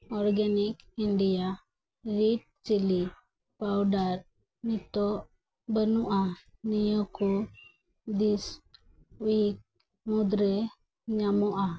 organic India red chili powder ᱱᱤᱛᱚᱜ ᱵᱟᱹᱱᱩᱜᱼᱟ ᱱᱤᱭᱟᱹ ᱠᱚ ᱢᱩᱫᱨᱮ ᱧᱟᱢᱚᱜᱼᱟ